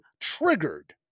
triggered